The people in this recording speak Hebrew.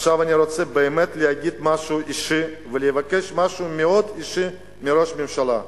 עכשיו אני רוצה באמת להגיד משהו אישי ולבקש משהו מאוד אישי מראש הממשלה.